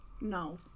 No